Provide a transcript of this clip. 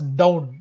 down